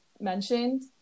mentioned